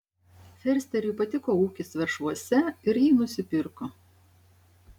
fersteriui patiko ūkis veršvuose ir jį nusipirko